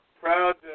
proud